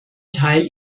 teil